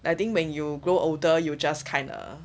I think when you grow older you just kinda